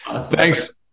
Thanks